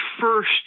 first